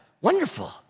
wonderful